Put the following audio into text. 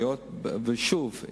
שוב,